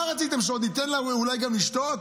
מה רציתם, שאולי גם ניתן לו לשתות?